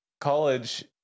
college